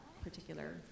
particular